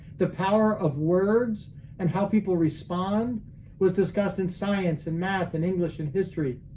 the power of words and how people respond was discussed in science and math and english and history.